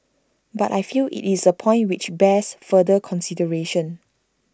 but I feel IT is A point which bears further consideration